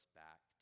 back